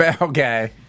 Okay